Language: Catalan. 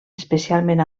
especialment